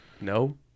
no